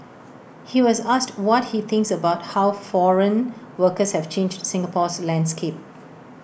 he was asked what he thinks about how foreign workers have changed Singapore's landscape